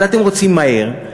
אבל אתם רוצים מהר,